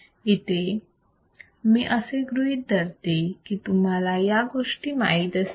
इथे मी असे गृहीत धरते की तुम्हाला या गोष्टी माहीत असतील